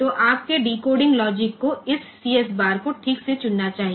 तो आपके decoding logic को इस सीएस बार को ठीक से चुनना चाहिए